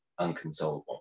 unconsolable